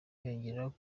yongeraho